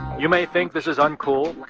you may think this is uncool.